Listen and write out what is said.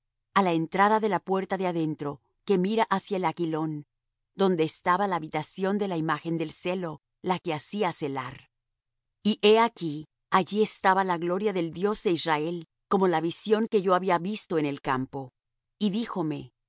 á la entrada de la puerta de adentro que mira hacia el aquilón donde estaba la habitación de la imagen del celo la que hacía celar y he aquí allí estaba la gloria del dios de israel como la visión que yo había visto en el campo y díjome